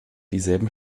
dieselben